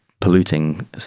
polluting